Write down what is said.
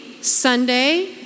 Sunday